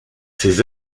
ses